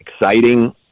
exciting